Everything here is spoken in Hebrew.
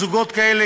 זוגות כאלה,